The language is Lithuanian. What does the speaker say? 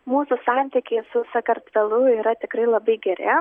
mūsų santykiai su sakartvelu yra tikrai labai geri